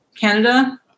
Canada